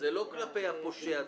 לא כלפי הפושע עצמו.